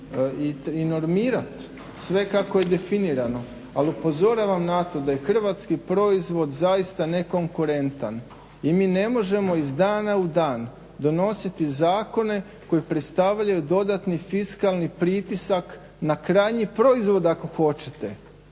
i normirati sve kako je definirano, ali upozoravam na to da je hrvatski proizvod zaista ne konkurentan i mi ne možemo iz dana u dan donositi zakone koji predstavljaju dodatni fiskalni pritisak na krajnji proizvod ako hoćete.